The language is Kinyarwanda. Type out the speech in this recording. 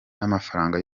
n’amafaranga